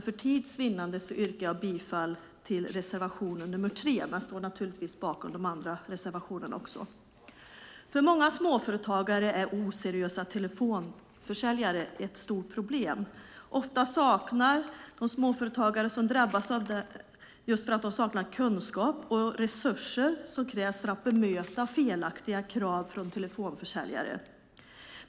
För tids vinnande yrkar jag bifall bara till reservation nr 3 om reklam riktad till barn, men jag står naturligtvis bakom alla våra reservationer. För många småföretagare är oseriösa telefonförsäljare ett stort problem. Ofta saknar de småföretagare som drabbas den kunskap och de resurser som krävs för att bemöta felaktiga krav från telefonförsäljare.